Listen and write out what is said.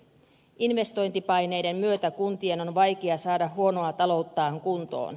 investointipaineiden myötä kuntien on vaikea saada huonoa talouttaan kuntoon